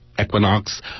Equinox